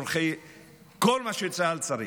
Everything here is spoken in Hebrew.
לכל מה שצה"ל צריך.